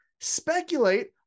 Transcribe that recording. speculate